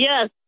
Yes